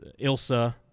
Ilsa